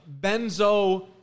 Benzo